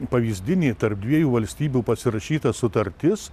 pavyzdinį tarp dviejų valstybių pasirašyta sutartis